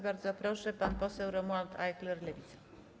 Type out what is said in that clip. Bardzo proszę, pan poseł Romuald Ajchler, Lewica.